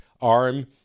arm